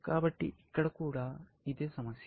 కాబట్టి ఇక్కడ కూడా ఇదే సమస్య